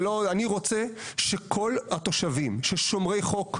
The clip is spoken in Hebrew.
אני רוצה שכל התושבים שומרי החוק,